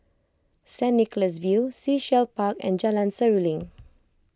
Saint Nicholas View Sea Shell Park and Jalan Seruling